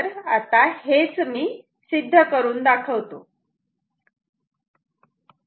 तर आता हेच मी सिद्ध करून दाखवतो